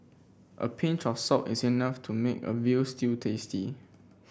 a pinch of salt is enough to make a veal stew tasty